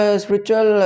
spiritual